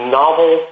novel